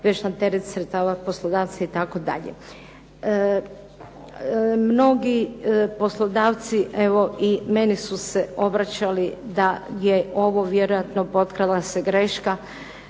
već na teret sredstava poslodavca itd. Mnogi poslodavci evo i meni su se obraćali da se vjerojatno potkrala greška